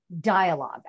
dialogue